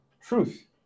truth